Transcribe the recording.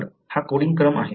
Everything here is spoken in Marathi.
तर हा कोडिंग क्रम आहे